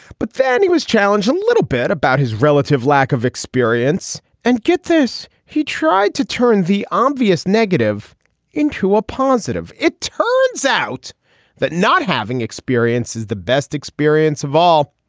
but that he was challenged a little bit about his relative lack of experience and getz's, he tried to turn the obvious negative into a positive. it turns out that not having experience is the best experience of all.